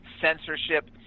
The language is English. censorship